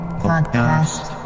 podcast